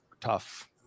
tough